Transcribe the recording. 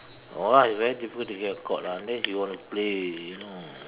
no lah it's very difficult to get court lah unless you want to play you know